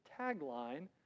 tagline